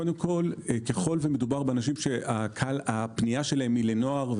ככל ומדובר באנשים שהפנייה שלהם היא לנוער,